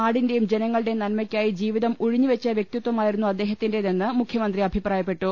നാടിന്റെയും ജനങ്ങളുടെയും നന്മയ്ക്കായി ജീവിതം ഉഴിഞ്ഞുവെച്ച വൃക്തിത്വമായിരുന്നു അദ്ദേഹത്തിന്റേതെന്ന് മുഖ്യമന്ത്രി അഭിപ്രായപ്പെട്ടു